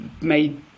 made